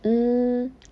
mm